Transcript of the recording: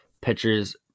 pitchers